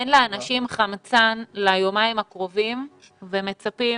לאנשים אין חמצן ליומיים הקרובים ומצפים